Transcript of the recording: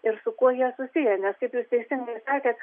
ir su kuo jie susiję nes kaip jūs teisingai sakėt